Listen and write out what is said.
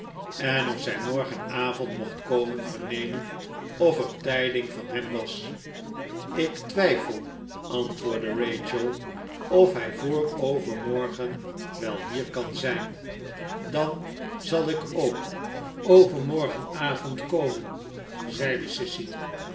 vragen waar zij woonde enofzijmorgenavond mocht komen vernemen of er tijding van hem was ik twijfel antwoordde rachel of hij voor overmorgen wel hier kan zijn dan zal ik ook overmorgenavond komen zeide sissy